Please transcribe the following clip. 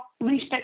least